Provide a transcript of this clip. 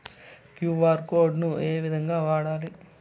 QR code ను ఏ విధంగా వాడాలి?